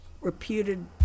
reputed